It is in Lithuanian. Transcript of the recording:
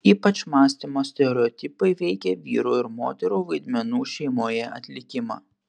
ypač mąstymo stereotipai veikė vyrų ir moterų vaidmenų šeimoje atlikimą